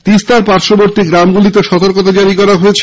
তিস্তার পার্শ্বর্তী গ্রামগুলিতে সতর্কতা জারি করা হয়েছে